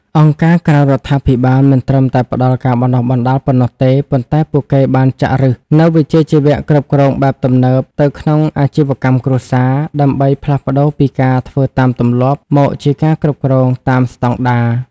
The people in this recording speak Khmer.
អង្គការក្រៅរដ្ឋាភិបាលមិនត្រឹមតែផ្ដល់ការបណ្ដុះបណ្ដាលប៉ុណ្ណោះទេ ប៉ុន្តែពួកគេបានចាក់ឫសនូវវិជ្ជាជីវៈគ្រប់គ្រងបែបទំនើបទៅក្នុងអាជីវកម្មគ្រួសារ ដើម្បីផ្លាស់ប្តូរពីការធ្វើតាមទម្លាប់ មកជាការគ្រប់គ្រងតាមស្ដង់ដារ។